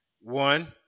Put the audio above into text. One